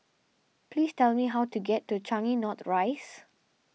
please tell me how to get to Changi North Rise